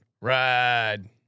ride